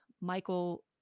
Michael